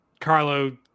Carlo